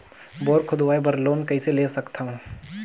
Bore खोदवाय बर loan कइसे ले सकथव?